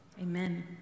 Amen